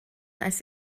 als